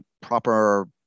proper